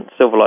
Silverlight